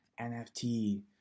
nft